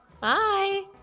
bye